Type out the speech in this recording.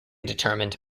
determined